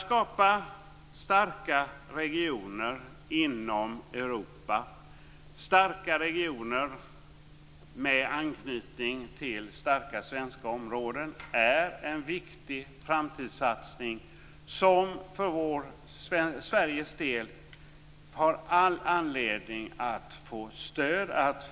Skapandet av kraftfulla europeiska regioner med anknytning till starka svenska områden är en viktig framtidssatsning, som Sverige har all anledning att stödja.